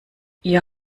ihr